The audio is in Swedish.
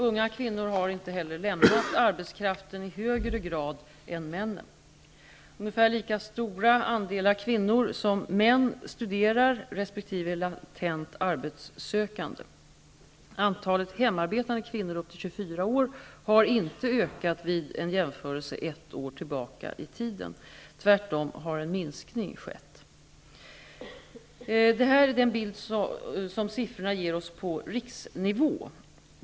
Unga kvinnor har inte heller lämnat arbetskraften i högre grad än män. Ungefär lika stora andelar kvinnor som män studerar resp. är latent arbetsökande. Antalet hemarbetande kvinnor upp till 24 år har inte ökat vid en jämförelse ett år tillbaka i tiden. Tvärtom har en minskning skett. Detta är den bild som siffrorna ger oss på riksnivå.